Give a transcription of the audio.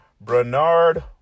Bernard